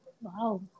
Wow